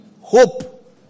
Hope